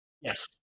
Yes